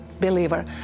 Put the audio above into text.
Believer